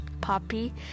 Poppy